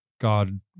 god